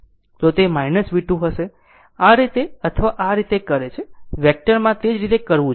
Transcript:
તો તે V2 હશે આ રીતે અથવા આ રીતે કરે છે વેક્ટરમાં તે જ રીતે કરવું છે